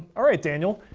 alright, daniel.